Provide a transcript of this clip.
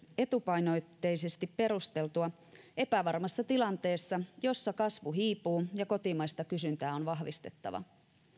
etupainotteisesti perusteltua epävarmassa tilanteessa jossa kasvu hiipuu ja kotimaista kysyntää on vahvistettava